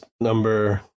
number